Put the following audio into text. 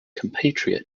compatriot